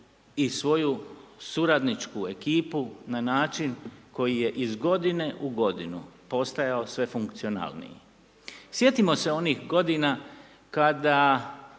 i svoju suradničku ekipu, na način koji je iz godine u godinu, postajao sve funkcionalniji. Sjetimo se onih godina kada